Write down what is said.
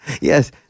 yes